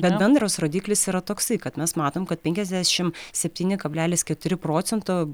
bet bendras rodiklis yra toksai kad mes matom kad penkiasdešim septyni kablelis keturi procento